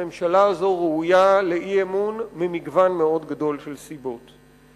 הממשלה הזו ראויה לאי-אמון ממגוון מאוד גדול של סיבות.